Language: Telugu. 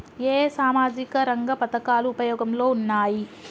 ఏ ఏ సామాజిక రంగ పథకాలు ఉపయోగంలో ఉన్నాయి?